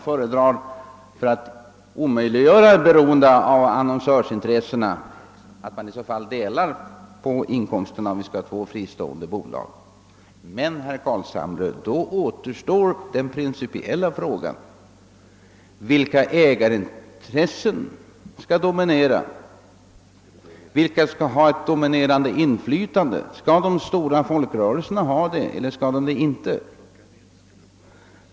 För att omöjliggöra beroende av annonsörintressena föredrar jag att man delar på inkomsterna i två fristående bolag. Men, herr Carlshamre, där finns en principiell fråga, nämligen vilka ägarintressen som skall dominera. Skall de stora folkrörelserna ha det dominerande in flytandet eller inte?